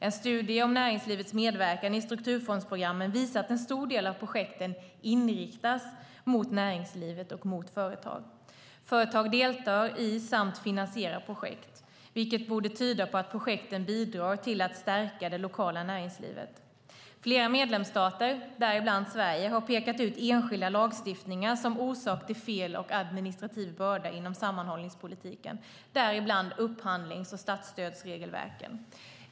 En studie om näringslivets medverkan i strukturfondsprogrammen visar att en stor del av projekten inriktas mot näringslivet och företag. Företag deltar i samt finansierar projekt, vilket borde tyda på att projekten bidrar till att stärka det lokala näringslivet. Flera medlemsstater, däribland Sverige, har pekat ut enskilda lagstiftningar som orsak till fel och administrativ börda inom sammanhållningspolitiken, däribland upphandlings och statsstödsregelverken.